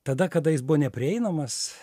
tada kada jis buvo neprieinamas